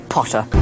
Potter